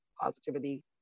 positivity